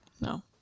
No